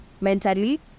mentally